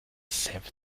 senf